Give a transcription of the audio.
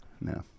No